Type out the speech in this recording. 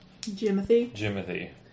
Jimothy